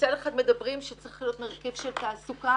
מצד אחד מדברים שצריך להיות מרכיב של תעסוקה